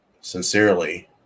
Sincerely